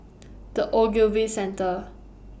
The Ogilvy Centre